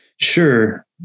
Sure